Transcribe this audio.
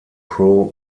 pro